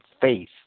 faith